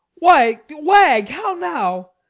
why, wag! how now!